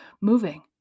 moving